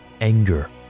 anger